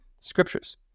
scriptures